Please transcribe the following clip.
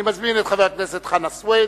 אני מזמין את חבר הכנסת חנא סוייד,